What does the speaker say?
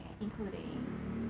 including